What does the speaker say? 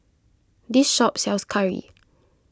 this shop sells Curry